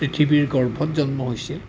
পৃথিৱীৰ গৰ্ভত জন্ম হৈছিল